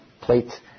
plate